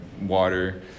water